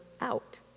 out